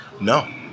No